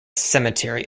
cemetery